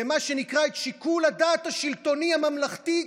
ואת שיקול הדעת השלטוני הממלכתי,